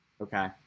Okay